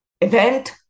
event